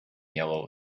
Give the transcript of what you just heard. yellow